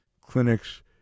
clinics